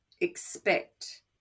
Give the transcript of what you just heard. expect